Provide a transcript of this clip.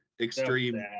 Extreme